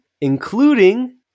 including